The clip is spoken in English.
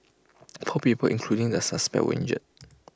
four people including the suspect were injured